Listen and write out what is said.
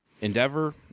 Endeavor